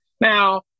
Now